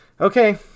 Okay